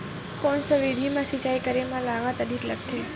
कोन सा विधि म सिंचाई करे म लागत अधिक लगथे?